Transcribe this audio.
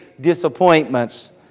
disappointments